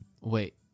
Wait